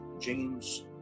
James